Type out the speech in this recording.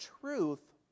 truth